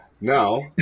now